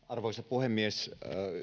arvoisa puhemies